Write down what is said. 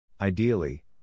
Ideally